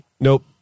Nope